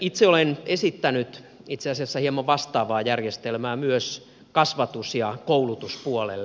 itse olen esittänyt itse asiassa hieman vastaavaa järjestelmää myös kasvatus ja koulutuspuolelle